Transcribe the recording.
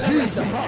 Jesus